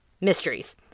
mysteries